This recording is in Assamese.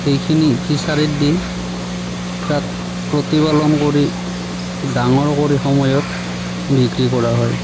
সেইখিনি ফিচাৰীত দি তাত প্ৰতিপালন কৰি ডাঙৰ কৰি সময়ত বিক্ৰী কৰা হয়